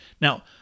Now